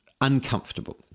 uncomfortable